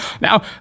Now